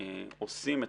זה ברור.